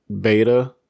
Beta